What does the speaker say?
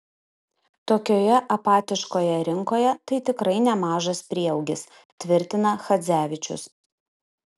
tokioje apatiškoje rinkoje tai tikrai nemažas prieaugis tvirtina chadzevičius